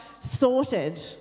sorted